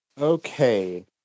okay